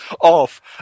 off